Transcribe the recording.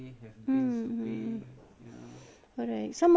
some of them even went to uh try